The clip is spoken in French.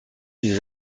des